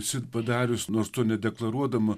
esi padarius nors to nedeklaruodama